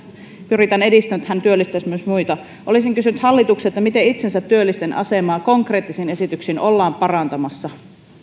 pyritään edistämään että hän työllistäisi myös muita olisin kysynyt hallitukselta miten itsensätyöllistäjien asemaa konkreettisin esityksin ollaan parantamassa